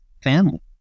family